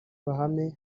bahame